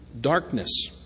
darkness